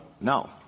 No